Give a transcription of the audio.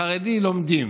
החרדי לומדים,